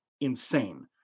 insane